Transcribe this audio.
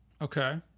Okay